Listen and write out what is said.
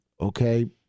okay